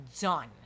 done